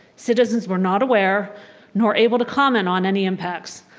citizens were not aware nor able to comment on any impacts.